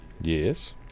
Yes